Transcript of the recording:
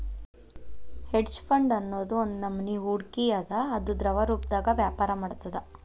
hedge fund ಅನ್ನೊದ್ ಒಂದ್ನಮನಿ ಹೂಡ್ಕಿ ಅದ ಅದು ದ್ರವರೂಪ್ದಾಗ ವ್ಯಾಪರ ಮಾಡ್ತದ